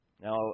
Now